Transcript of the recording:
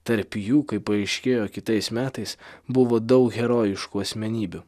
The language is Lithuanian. tarp jų kaip paaiškėjo kitais metais buvo daug herojiškų asmenybių